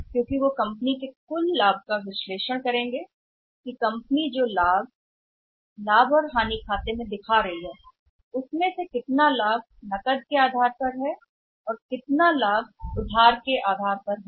क्योंकि वे उसका विश्लेषण कर रहे होंगे कुल लाभ में से एक कंपनी जो लाभ और हानि खाते में दिखाती है कि कितना लाभ है नकद आधार और कितना लाभ है कोई क्रेडिट नहीं